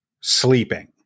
Sleeping